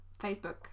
Facebook